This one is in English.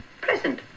Present